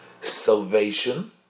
Salvation